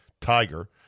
Tiger